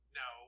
no